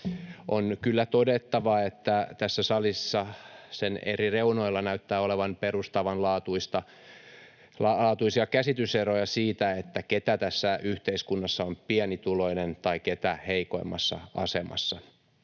On kyllä todettava, että tässä salissa, sen eri reunoilla, näyttää olevan perustavanlaatuisia käsityseroja siitä, kuka tässä yhteiskunnassa on pienituloinen ja kuka heikoimmassa asemassa.